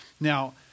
Now